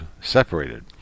separated